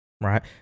right